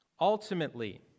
Ultimately